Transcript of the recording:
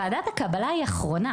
ועדת הקבלה היא אחרונה.